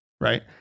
right